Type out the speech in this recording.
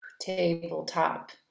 Tabletop